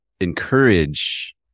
encourage